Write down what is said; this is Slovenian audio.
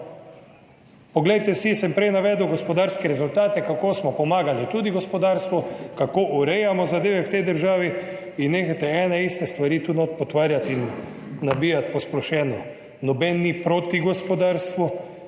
Poglejte si, prej sem navedel gospodarske rezultate, kako smo pomagali tudi gospodarstvu, kako urejamo zadeve v tej državi. Nehajte ene in iste stvari tu notri potvarjati in nabijati posplošeno. Noben ni proti gospodarstvu.